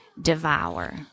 devour